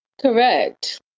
correct